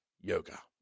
yoga